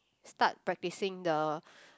start practicing the